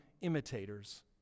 imitators